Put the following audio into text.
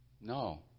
No